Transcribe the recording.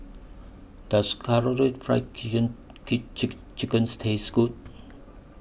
Does Karaage Fried Chicken Chicken Taste Good